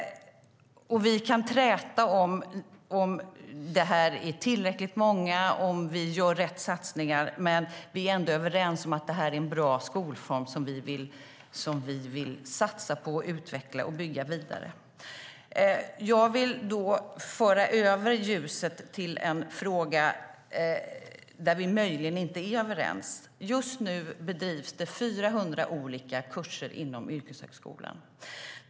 Vi kan träta om det är tillräckligt många platser och om vi gör rätt satsningar, men vi är ändå överens om att det här är en bra skolform som vi vill satsa på, utveckla och bygga ut vidare. Jag vill då föra över ljuset till en fråga där vi möjligen inte är överens. Just nu bedrivs det 400 olika kurser inom yrkeshögskolan.